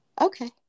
Okay